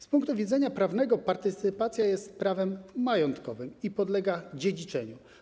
Z punktu widzenia prawnego partycypacja jest prawem majątkowym i podlega dziedziczeniu.